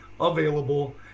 available